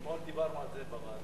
אתמול דיברנו על זה בוועדה.